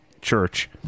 church